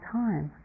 time